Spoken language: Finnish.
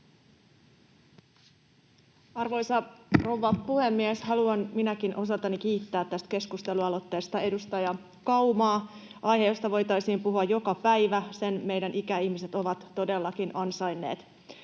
Arvoisa rouva puhemies! Haluan minäkin osaltani kiittää tästä keskustelualoitteesta edustaja Kaumaa. Aiheesta voitaisiin puhua joka päivä, sen meidän ikäihmisemme ovat todellakin ansainneet.